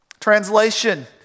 Translation